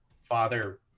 father